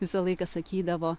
visą laiką sakydavo